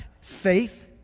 Faith